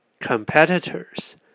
competitors